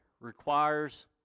requires